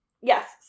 Yes